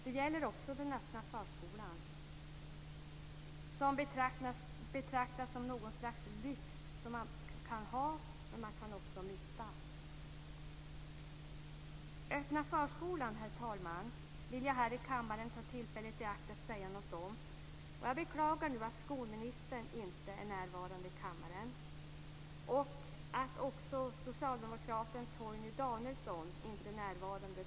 Det gäller också den öppna förskolan, som betraktas som något slags lyx som man både kan ha och mista. Öppna förskolan, herr talman, vill jag här i kammaren ta tillfället i akt att säga något om. Jag beklagar att skolministern inte är närvarande i kammaren och att inte heller socialdemokraten Torgny Danielsson är närvarande.